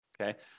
okay